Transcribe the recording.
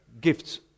gifts